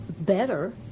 better